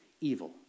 Evil